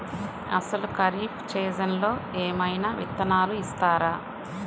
అసలు ఖరీఫ్ సీజన్లో ఏమయినా విత్తనాలు ఇస్తారా?